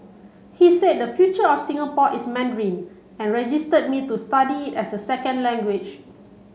he said the future of Singapore is Mandarin and registered me to study it as a second language